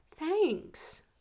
Thanks